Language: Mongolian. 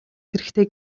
хэрэгтэй